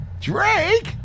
Drake